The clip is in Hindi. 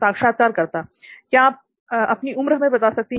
साक्षात्कारकर्ता क्या आप अपनी उम्र हमें बता सकती हैं